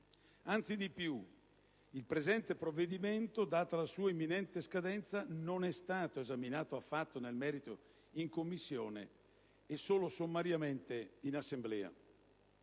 Anzi di più: il presente provvedimento, data la sua imminente scadenza, non è stato esaminato affatto nel merito in Commissione e, solo sommariamente, in Assemblea.